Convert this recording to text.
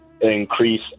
increase